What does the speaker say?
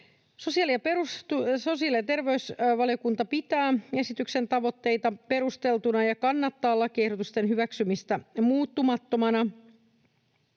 Sosiaali- ja terveysvaliokunta pitää esityksen tavoitteita perusteltuina ja kannattaa lakiehdotusten hyväksymistä muuttamattomina.